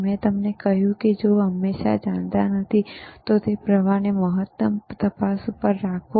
મેં તમને કહ્યું કે જો તમે હંમેશા જાણતા નથી તો પ્રવાહને મહત્તમ તપાસ પર રાખો